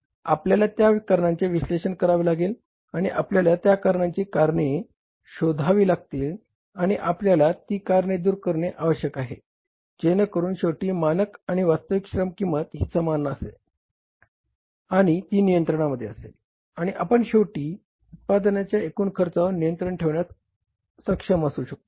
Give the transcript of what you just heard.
आपल्याला त्या कारणांचे विश्लेषण करावे लागेल आणि आपल्याला त्या कारणांची कारणे शोधावी लागतील आणि आपल्याला ती कारणे दूर करणे आवश्यक आहे जेणेकरून शेवटी मानक आणि वास्तविक श्रम किंमत ही समान आहे नियंत्रणामध्ये आहे आणि आपण शेवटी उत्पादनाच्या एकूण खर्चावर नियंत्रण ठेवण्यास आपण सक्षम असू शकतो